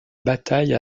bataille